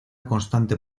constante